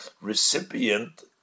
recipient